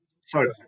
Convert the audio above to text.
Sorry